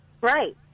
Right